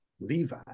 Levi